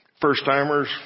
first-timers